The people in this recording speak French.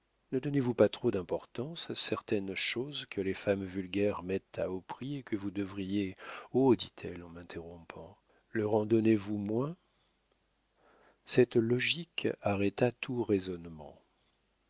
ne donnez-vous pas trop d'importance à certaines choses que les femmes vulgaires mettent à haut prix et que vous devriez oh dit-elle en m'interrompant leur en donnez-vous moins cette logique arrêta tout raisonnement